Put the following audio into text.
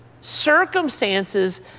Circumstances